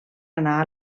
anar